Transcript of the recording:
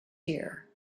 year